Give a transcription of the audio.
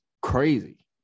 crazy